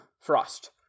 Frost